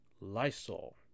Lysol